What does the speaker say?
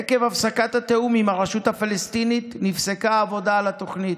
עקב הפסקת התיאום עם הרשות הפלסטינית נפסקה העבודה על התוכנית.